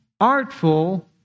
Artful